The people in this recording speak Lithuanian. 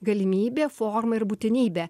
galimybė forma ir būtinybė